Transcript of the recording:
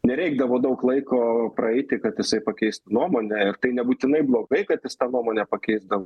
nereikdavo daug laiko praeiti kad jisai pakeistų nuomonę ir tai nebūtinai blogai kad jis tą nuomonę pakeisdavo